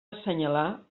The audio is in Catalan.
assenyalar